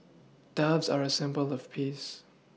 doves are a symbol of peace